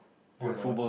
view on what